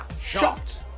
shot